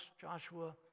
Joshua